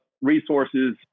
resources